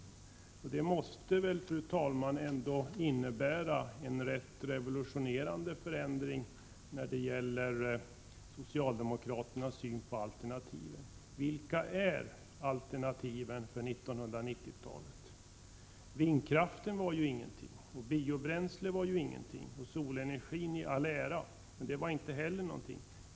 Detta måste väl, fru talman, ändå innebära en revolutionerande förändring i fråga om socialdemokraternas syn på alternativen. Vilka är alternativen för 1990-talet? Vindkraften var ju ingenting. Biobränsle var ingenting. Solenergin i all ära, men den var inte heller någonting.